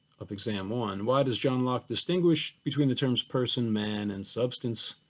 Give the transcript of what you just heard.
of exam one why does john locke distinguish between the terms person, man, and substance?